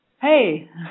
Hey